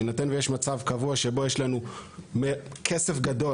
בהינתן ויש מצב קבוע שבו יש לנו כסף גדול,